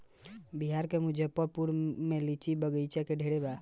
बिहार के मुजफ्फरपुर में लीची के बगइचा ढेरे बा